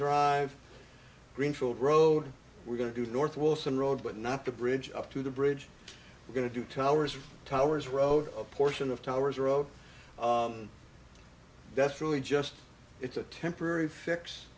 dr greenfield road we're going to do the north wilson road but not the bridge up to the bridge we're going to do towers towers road a portion of towers road that's really just it's a temporary